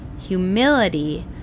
humility